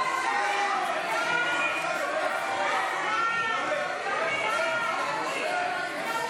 להעביר את הנושא לוועדה לא נתקבלה.